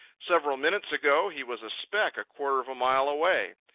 several minutes ago he was a speck a quarter of a mile away.